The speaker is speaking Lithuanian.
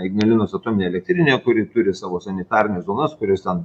ignalinos atominė elektrinė kuri turi savo sanitarines zonas kurios ten